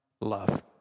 love